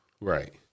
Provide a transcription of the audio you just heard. Right